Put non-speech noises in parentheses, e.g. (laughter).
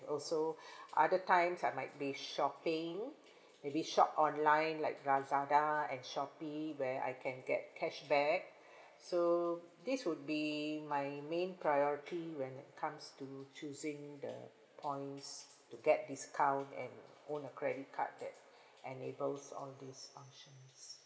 also (breath) other time I might be shopping (breath) maybe shop online like lazada and shopee where I can get cashback (breath) so this would be my main priority when it comes to choosing the points to get discount and own a credit card that (breath) enables all these functions